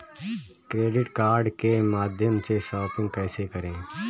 Credit card के माध्यम से शॉपिंग कैसे करें?